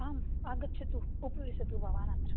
आम् आगच्छतु उपविशतु भवानत्र